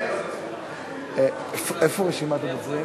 הוא התקזז.